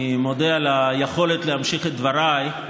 אני מודה על היכולת להמשיך את דבריי.